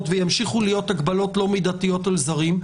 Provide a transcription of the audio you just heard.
וימשיכו להיות הגבלות לא מידתיות על זרים,